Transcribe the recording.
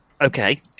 Okay